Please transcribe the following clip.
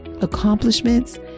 accomplishments